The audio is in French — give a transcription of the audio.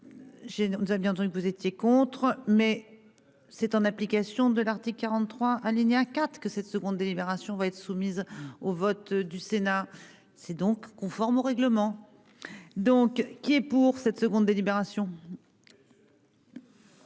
nous bien entendu, que vous étiez contre mais. C'est en application de l'article 43 alinéa 4 que cette seconde délibération va être soumise au vote du Sénat c'est donc conforme au règlement. Donc qui est pour cette seconde délibération.